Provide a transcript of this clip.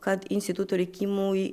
kad instituto likimui